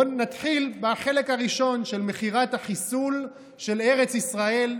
בואו נתחיל בחלק הראשון של מכירת החיסול של ארץ ישראל,